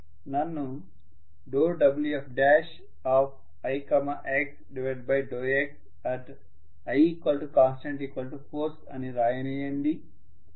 నన్ను ∂Wfix∂x｜i constantForce అని రాయనీయండి